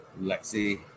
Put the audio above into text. Lexi